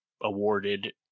awarded